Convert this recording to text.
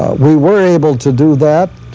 we were able to do that,